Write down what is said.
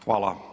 Hvala.